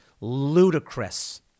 ludicrous